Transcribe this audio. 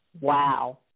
wow